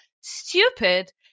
stupid